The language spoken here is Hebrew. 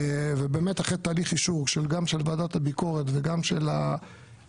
ובאמת אחרי תהליך אישור גם של ועדת הביקורת וגם של המועצה,